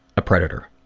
a predator.